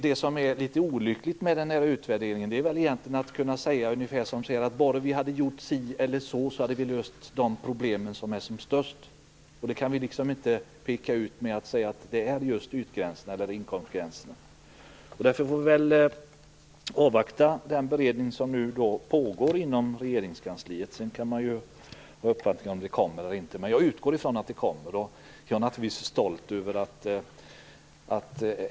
Det som är litet olyckligt med den här utvärderingen är väl egentligen att man inte kan säga att bara vi hade gjort si eller så hade vi löst de största problemen. Dem kan vi inte peka ut genom att säga att det är just ytgränserna eller inkomstgränserna. Därför får vi avvakta den beredning som nu pågår inom Regeringskansliet. Sedan kan man ju ha olika uppfattningar om det kommer något förslag eller inte. Jag utgår från att det kommer.